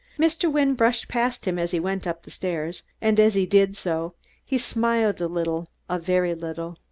mr. wynne brushed past him as he went up the stairs, and as he did so he smiled a little a very little.